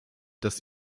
das